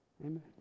Amen